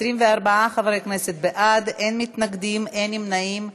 24 חברי כנסת בעד, אין מתנגדים, אין נמנעים.